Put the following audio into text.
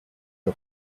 her